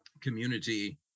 community